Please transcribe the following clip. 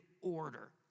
order